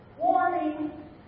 Warning